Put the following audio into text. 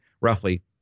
roughly